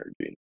energy